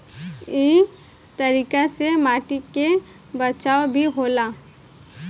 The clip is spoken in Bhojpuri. इ तरीका से माटी के बचाव भी होला